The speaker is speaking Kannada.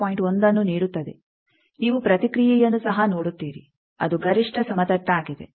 1ಅನ್ನು ನೀಡುತ್ತದೆ ನೀವು ಪ್ರತಿಕ್ರಿಯೆಯನ್ನು ಸಹ ನೋಡುತ್ತೀರಿ ಅದು ಗರಿಷ್ಠ ಸಮತಟ್ಟಾಗಿದೆ